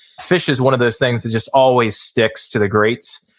fish is one of those things that just always sticks to the grates.